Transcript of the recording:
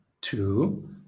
two